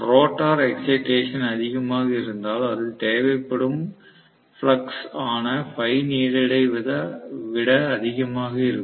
rotor excitation அதிகமாக இருந்தால் அது தேவைப்படும் ஃப்ளக்ஸ் ஆன Φneeded ஐ விட அதிகமாக இருக்கும்